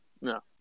No